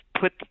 put